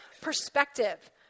perspective